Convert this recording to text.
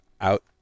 out